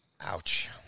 Ouch